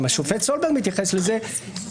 גם השופט סולברג מתייחס לזה,